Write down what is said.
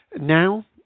Now